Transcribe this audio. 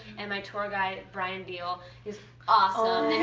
and my tour guide, brian beale, is awesome.